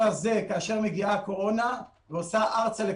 אין ספק שהתפקוד של ראש הוועדה הממונה הוא יוצא מן